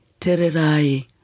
Tererai